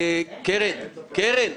קרן,